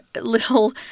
little